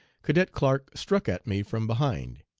cadet clark struck at me from behind.